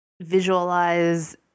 visualize